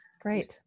Great